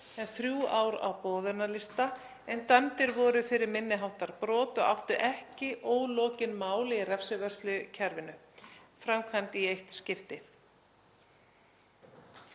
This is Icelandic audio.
þrjú ár á boðunarlista en dæmdir voru fyrir minni háttar brot og áttu ekki ólokin mál í refsivörslukerfinu framkvæmd í eitt skipti.